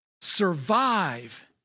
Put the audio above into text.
survive